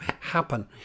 happen